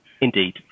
Indeed